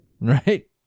Right